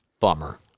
Bummer